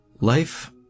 Life